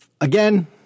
Again